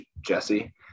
jesse